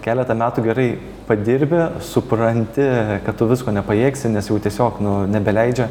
keletą metų gerai padirbi supranti kad tu visko nepajėgsi nes jau tiesiog nu nebeleidžia